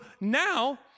now